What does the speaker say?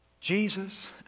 Jesus